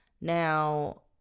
Now